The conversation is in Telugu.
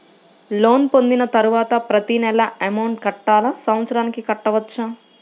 లోన్ పొందిన తరువాత ప్రతి నెల అమౌంట్ కట్టాలా? సంవత్సరానికి కట్టుకోవచ్చా?